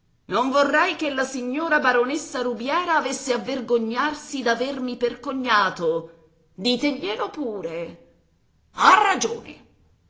non vorrei che la signora baronessa rubiera avesse a vergognarsi d'avermi per compagno diteglielo pure ha ragione